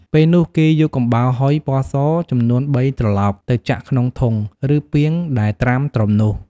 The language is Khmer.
ពេលនោះ គេយកកំបោរហុយ (ពណ៌ស) ចំនួនបីត្រឡោកទៅចាក់ក្នុងធុង ឬ ពាងដែលត្រាំត្រុំនោះ។